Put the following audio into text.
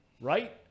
right